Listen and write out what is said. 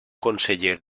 conseller